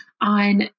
on